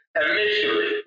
initially